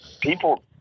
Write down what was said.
people